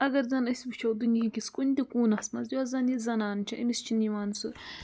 اگر زن أسۍ وٕچھو دُنہٕکِس کُنہِ تہِ کوٗنس منٛز یۄس زن یہِ زنان چھِ أمِس چھِنہٕ یِوان سُہ